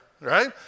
right